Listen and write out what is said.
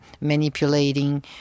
manipulating